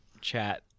chat